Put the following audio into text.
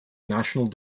national